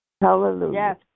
Hallelujah